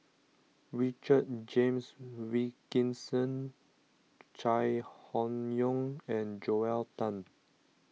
Richard James Wilkinson Chai Hon Yoong and Joel Tan